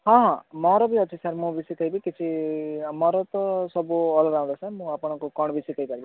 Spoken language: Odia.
ହଁ ମୋର ବି ଅଛି ସାର୍ ମୁଁ ବି ଶିଖାଇବି କିଛି ଆମର ତ ସବୁ ଅଲଗା ଅଲଗା ସାର୍ ମୁଁ ଆପଣଙ୍କୁ କ'ଣ ବି ଶିଖାଇ ପାରିବି